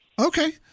Okay